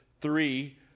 three